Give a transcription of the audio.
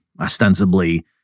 ostensibly